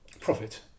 Profit